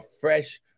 fresh